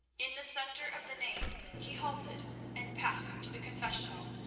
in the centre of the nave he halted and passed to the confessional,